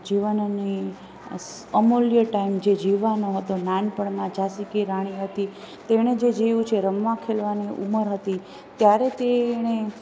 જીવનની અમૂલ્ય ટાઈમ જે જીવવાનો હતો નાનપણમાં ઝાંસી કી રાણી હતી તેણે જે જીવ્યું છે રમવા ખેલવાની ઉમર હતી ત્યારે તે એણે